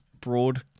broad